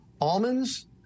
Almonds